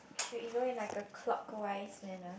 should we go in a clockwise manner